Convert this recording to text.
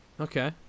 Okay